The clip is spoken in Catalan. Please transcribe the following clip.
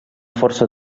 força